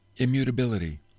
immutability